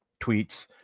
tweets